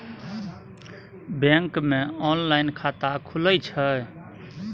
Bank मे online खाता खुले छै?